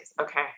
Okay